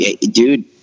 dude